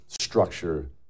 structure